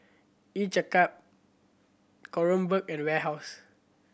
Each a Cup Kronenbourg and Warehouse